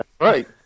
Right